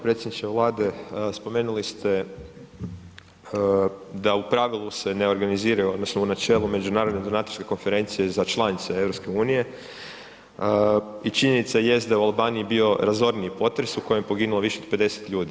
Predsjedniče vlade, spomenuli se da u pravilu se ne organiziraju odnosno u načelu međunarodne donatorske konferencije za članice EU i činjenica jest da je u Albaniji bio razorniji potres u kojem je poginulo više od 50 ljudi.